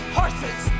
horses